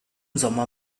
sommer